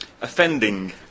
Offending